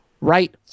right